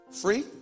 Free